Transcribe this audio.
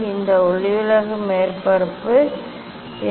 இது ஒளிவிலகல் மேற்பரப்பு இது ஒளிவிலகல் மேற்பரப்பு